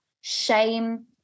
shame